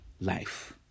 life